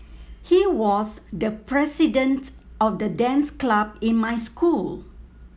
he was the president of the dance club in my school